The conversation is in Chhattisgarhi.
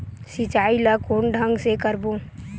सिंचाई ल कोन ढंग से करबो?